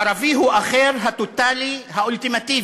הערבי הוא האחר הטוטלי והאולטימטיבי.